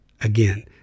Again